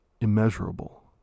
immeasurable